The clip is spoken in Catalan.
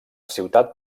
ciutat